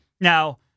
Now